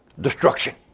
Destruction